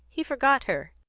he forgot her.